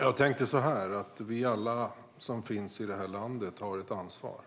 Fru talman! Jag tänkte att vi alla som finns i det här landet har ett ansvar